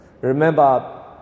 Remember